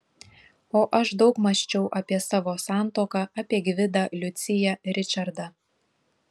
o aš daug mąsčiau apie savo santuoką apie gvidą liuciją ričardą